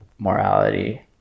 morality